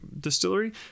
distillery